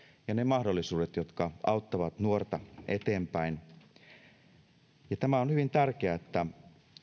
ja ne mahdollisuudet jotka auttavat nuorta eteenpäin tämä on hyvin tärkeää että